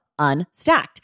Unstacked